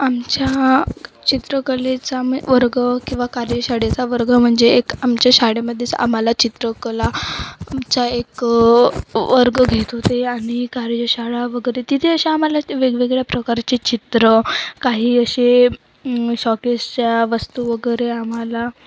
आमच्या चित्रकलेचा म वर्ग किंवा कार्यशाळेचा वर्ग म्हणजे एक आमच्या शाळेमध्येच आम्हाला चित्रकला आमचा एक वर्ग घेत होते आणि कार्यशाळा वगैरे तिथे असे आम्हाला वेगवेगळ्या प्रकारचे चित्र काही असे शॉकेसच्या वस्तू वगैरे आम्हाला